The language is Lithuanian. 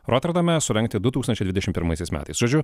roterdame surengti du tūkstančiai dvidešim pirmaisiais metais žodžiu